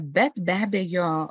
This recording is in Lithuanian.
bet be abejo